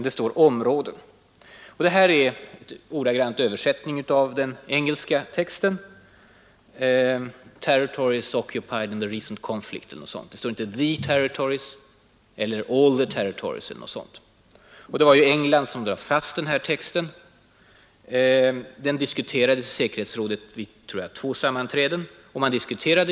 Detta är en ordagrann översättning från den engelska texten — ”territories occupied in the recent conflict”. Det står inte ”the territories” eller ”all the territories”. Det var England som lade fram den här texten. Den diskuterades i säkerhetsrådet vid, tror jag, två sammanträden innan den antogs.